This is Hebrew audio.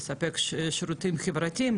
לספק שירותים חברתיים,